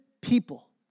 people